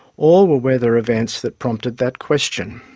all were weather events that prompted that question.